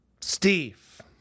Steve